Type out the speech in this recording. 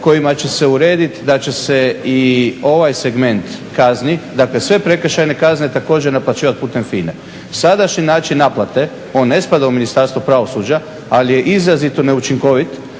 kojima će se uredit da će se i ovaj segment kaznit. Dakle, sve prekršajne kazne također naplaćivati putem FINA-e. Sadašnji način naplate, on ne spada u Ministarstvo pravosuđa, ali je izrazito neučinkovit,